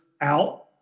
out